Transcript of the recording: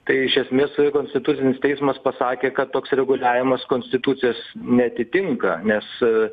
tai iš esmės konstitucinis teismas pasakė kad toks reguliavimas konstitucijos neatitinka nes